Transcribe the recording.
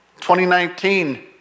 2019